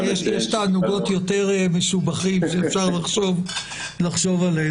יש תענוגות יותר משובחים שאפשר לחשוב עליהם.